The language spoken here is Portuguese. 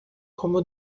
como